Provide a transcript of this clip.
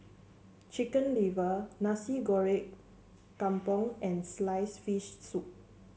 Chicken Liver Nasi Goreng Kampung and slice fish soup